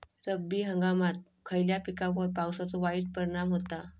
रब्बी हंगामात खयल्या पिकार पावसाचो वाईट परिणाम होता?